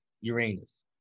Uranus